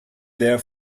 there